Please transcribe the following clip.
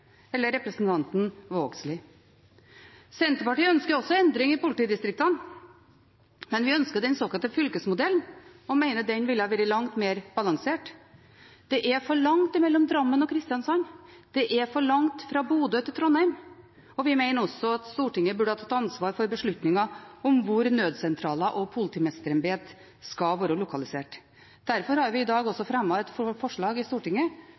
Vågslid. Senterpartiet ønsker også endringer i politidistriktene, men vi ønsker den såkalte fylkesmodellen og mener den ville vært langt mer balansert. Det er for langt mellom Drammen og Kristiansand. Det er for langt fra Bodø til Trondheim. Vi mener også at Stortinget burde tatt ansvaret for beslutninga om hvor nødsentraler og politimesterembeter skal være lokalisert. Derfor har vi dag fremmet et forslag i Stortinget